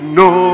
no